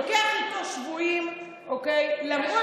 לוקח איתו שבויים, אוקיי?